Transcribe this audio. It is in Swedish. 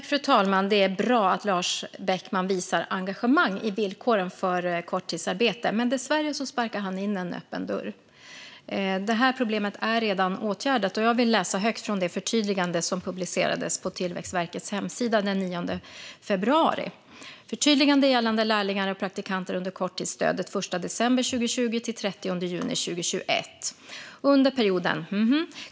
Fru talman! Det är bra att Lars Beckman visar engagemang i villkoren för korttidsarbete. Dessvärre sparkar han in en öppen dörr. Det här problemet är redan åtgärdat. Jag vill läsa högt från det förtydligande som publicerades på Tillväxtverkets hemsida den 9 februari: "Förtydligande gällande lärlingar och praktikanter under korttidsstödet 1 december 2020-30 juni 2021. Under perioden .